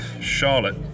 Charlotte